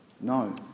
No